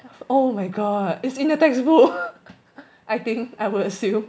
oh my god it's in the textbook I think I will assume